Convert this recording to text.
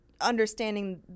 Understanding